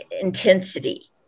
intensity